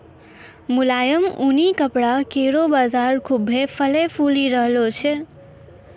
मुलायम ऊनी कपड़ा केरो बाजार खुभ्भे फलय फूली रहलो छै